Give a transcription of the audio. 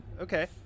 Okay